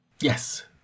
Yes